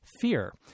fear